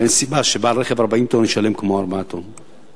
אין סיבה שבעל רכב 40 טונות ישלם כמו בעל רכב של 4 טונות.